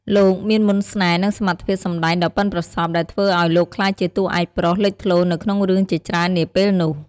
លោកមានមន្តស្នេហ៍ និងសមត្ថភាពសម្តែងដ៏ប៉ិនប្រសប់ ដែលធ្វើឱ្យលោកក្លាយជាតួឯកប្រុសលេចធ្លោនៅក្នុងរឿងជាច្រើននាពេលនោះ។